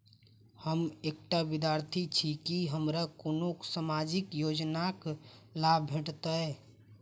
हम एकटा विद्यार्थी छी, की हमरा कोनो सामाजिक योजनाक लाभ भेटतय?